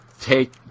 take